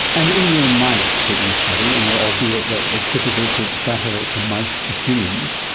and in your mice that you study, and albeit that it's difficult to extrapolate from mice to humans,